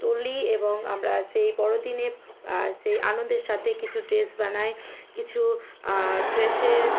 তুলি এবং আমরা সেই বড়দিনে সে আনন্দের সাথে কিছু ড্রেস বানাই কিছু ড্রেসের